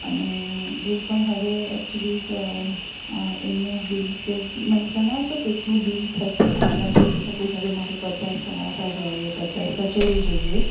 અને જે પણ હવે એક્ચુલી એમનું બિલ કે મને જણાવશો કે કેટલું બિલ થશે અંદાજે કે સપોસ મારે પચાસ સમોસા જોઈએ પચાસ કચોરી જોઈએ